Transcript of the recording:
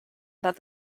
that